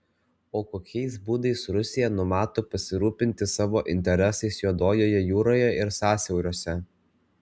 o kokiais būdais rusija numato pasirūpinti savo interesais juodojoje jūroje ir sąsiauriuose